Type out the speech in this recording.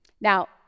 Now